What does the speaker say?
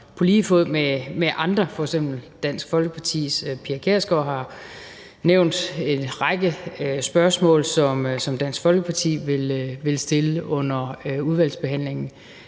på lige fod med andre, f.eks. Dansk Folkepartis Pia Kjærsgaard, har nævnt, at der er en række spørgsmål, og dem vil Dansk Folkeparti stille under udvalgsbehandlingen.